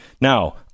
Now